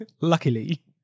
Luckily